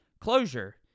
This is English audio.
closure